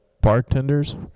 bartenders